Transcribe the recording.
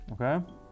Okay